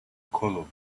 color